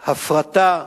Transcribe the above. הפרטה,